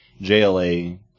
JLA